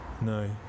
No